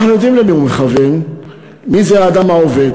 אנחנו יודעים למי הוא מכוון, מי זה האדם העובד,